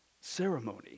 Ceremony